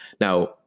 Now